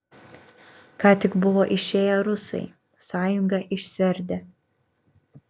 ką tik buvo išėję rusai sąjunga išsiardė